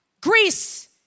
Greece